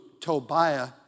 Tobiah